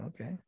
okay